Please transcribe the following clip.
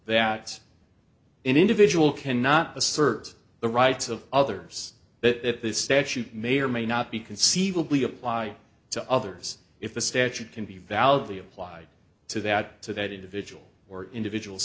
that individual cannot assert the rights of others that this statute may or may not be conceivably apply to others if the statute can be validly applied to that to that individual or individuals